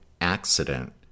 accident